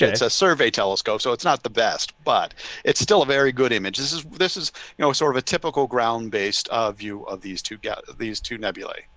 yeah it's a survey telescope. so it's not the best, but it's still a very good image. this is this is you know sort of a typical ground-based view of these to get these two nebulae.